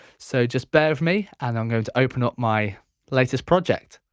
so just bare with me and i'm going to open up my latest project.